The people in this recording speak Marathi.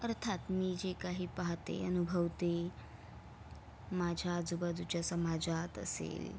अर्थात मी जे काही पाहते अनुभवते माझ्या आजूबाजूच्या समाजात असेल